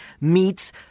meets